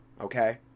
okay